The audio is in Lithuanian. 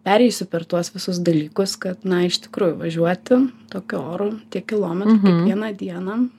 pereisiu per tuos visus dalykus kad na iš tikrųjų važiuoti tokiu oru tiek kilometrų kiekvieną dieną